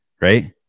Right